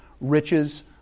riches